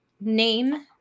name